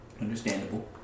Understandable